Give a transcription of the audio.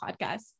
podcast